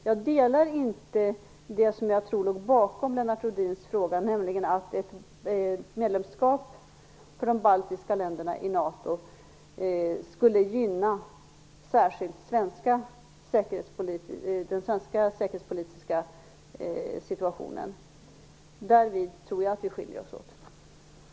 Jag delar inte den uppfattning som jag tror låg bakom Lennart Rohdins fråga, nämligen att medlemskap för de baltiska länderna i NATO skulle gynna särskilt den svenska säkerhetspolitiska situationen. Därvid tror jag att våra uppfattningar skiljer sig åt.